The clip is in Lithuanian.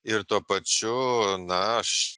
ir tuo pačiu na aš